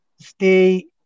stay